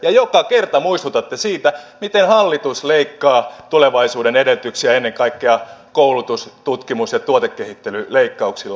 ja joka kerta muistutatte siitä miten hallitus leikkaa tulevaisuuden edellytyksiä ennen kaikkea koulutus tutkimus ja tuotekehittelyleikkauksilla